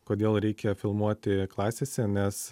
kodėl reikia filmuoti klasėse nes